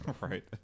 Right